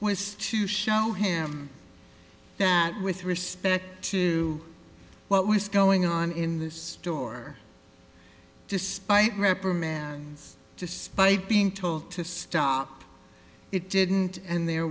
was to show him that with respect to what was going on in the store despite reprimands despite being told to stop it didn't and there